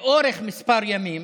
לאורך כמה ימים,